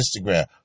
Instagram